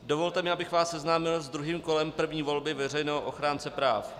Dovolte mi, abych vás seznámil s druhým kolem první volby veřejného ochránce práv.